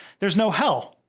there's no hell.